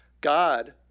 God